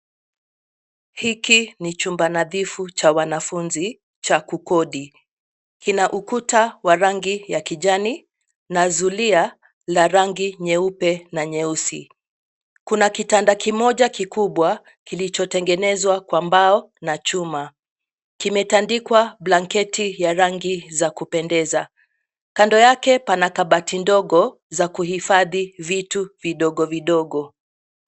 Hiki ni chumba nadhifu cha wanafunzi cha kukodi, kina ukuta wa rangi ya kijani na zulia la rangi nyeupe na nyeusi. Kuna kitanda kimoja kikubwa kilicho tengenezwa kwa mbao na chuma, kimetandikwa blanketi ya rangi za kupendeza. Kando yake, pana kabati ndogo za kuhifadhi vitu vidogo vidogo.